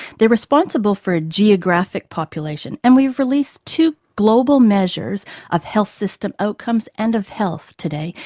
they are responsible for a geographic population, and we've released two global measures of health system outcomes and of health today,